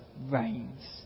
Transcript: reigns